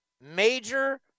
major